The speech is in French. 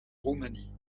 roumanie